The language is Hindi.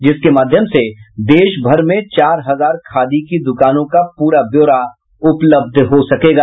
जिसके माध्यम से देशभर में चार हजार खादी की दुकानों का पूरा ब्योरा उपलब्ध हो सकेगा